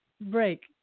break